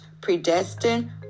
Predestined